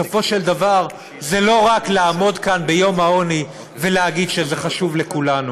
בסופו של דבר זה לא רק לעמוד כאן ביום העוני ולהגיד שזה חשוב לכולנו.